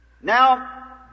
Now